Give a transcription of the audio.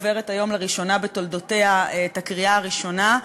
עוברת היום לראשונה בתולדותיה את הקריאה הראשונה.